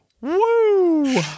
Woo